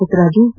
Puttaraju ಸಾ